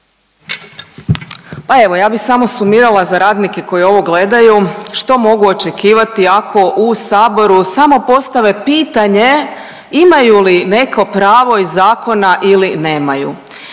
Pa evo ja bih samo sumirala za radnike koji ovo gledaju, što mogu očekivati ako u Saboru samo postave pitanje imaju li neko pravo iz zakona ili nemaju.